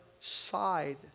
side